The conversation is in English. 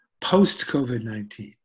post-COVID-19